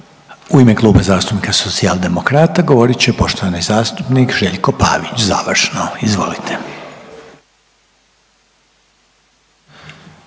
U ime Kluba zastupnika Socijaldemokrata govorit će poštovani zastupnik Željko Pavić završno. Izvolite.